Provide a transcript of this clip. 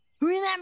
remember